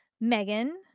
megan